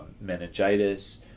meningitis